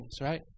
right